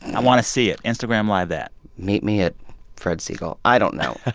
i want to see it. instagram live that meet me at fred segal. i don't know